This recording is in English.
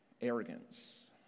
arrogance